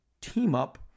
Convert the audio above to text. Team-Up